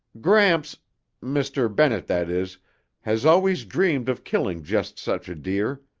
gramps mr. bennett, that is has always dreamed of killing just such a deer.